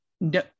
no